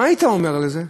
מה היית אומר על זה?